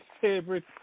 favorite